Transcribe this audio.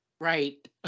Right